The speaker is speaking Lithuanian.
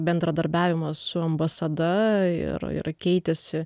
bendradarbiavimas su ambasada ir keitėsi